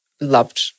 loved